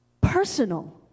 personal